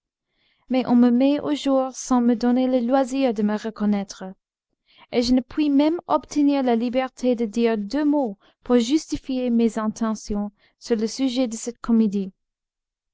mais on me met au jour sans me donner le loisir de me reconnaître et je ne puis même obtenir la liberté de dire deux mots pour justifier mes intentions sur le sujet de cette comédie